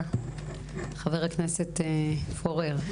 חבר הכנסת פורר,